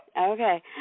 Okay